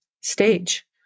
stage